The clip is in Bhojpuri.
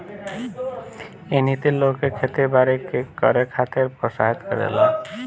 इ नीति लोग के खेती बारी करे खातिर प्रोत्साहित करेले